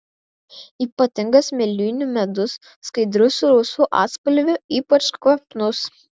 ypatingas mėlynių medus skaidrus su rausvu atspalviu ypač kvapnus